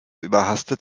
überhastet